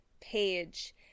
page